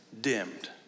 dimmed